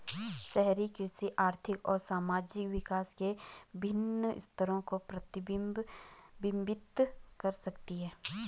शहरी कृषि आर्थिक और सामाजिक विकास के विभिन्न स्तरों को प्रतिबिंबित कर सकती है